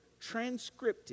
transcripted